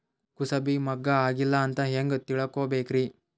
ಕೂಸಬಿ ಮುಗ್ಗ ಆಗಿಲ್ಲಾ ಅಂತ ಹೆಂಗ್ ತಿಳಕೋಬೇಕ್ರಿ?